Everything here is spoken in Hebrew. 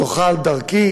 תוכל דרכי,